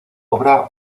obra